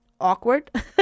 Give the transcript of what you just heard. awkward